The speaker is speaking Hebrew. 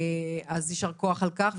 אז יישר כוח על כך,